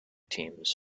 teams